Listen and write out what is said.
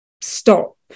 stop